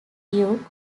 duke